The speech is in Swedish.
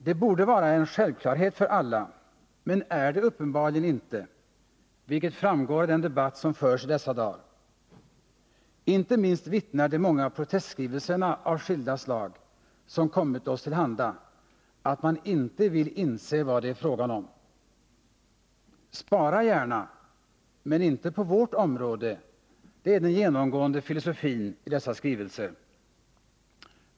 Detta borde vara en självklarhet för alla men är det uppenbarligen inte, vilket framgår av den debatt som förs i dessa dagar. Inte minst vittnar de många protestskrivelser av skilda slag som kommit oss till handa om att man inte vill inse vad det är fråga om. Spara gärna — men inte på vårt område, är den genomgående filosofin i dessa skrivelser.